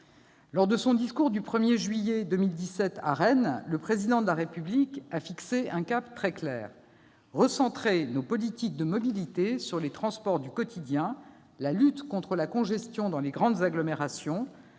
Lors de son discours du 1 juillet 2017 à Rennes, le Président de la République a fixé un cap très clair : recentrer nos politiques de mobilité sur les transports du quotidien, la lutte contre la congestion dans les grandes agglomérations,